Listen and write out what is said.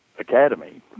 Academy